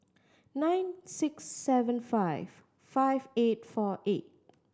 nine six seven five five eight four eight